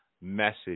message